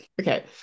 Okay